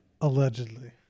Allegedly